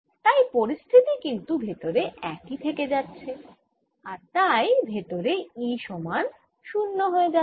তাই পরিস্থিতি কিন্তু ভেতরে একই থেকে যাচ্ছে আর তাই ভেতরে E সমান 0 হয়ে যাচ্ছে